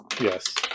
yes